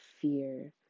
fear